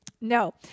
No